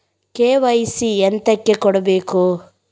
KYC ಎಂತಕೆ ಕೊಡ್ಬೇಕು?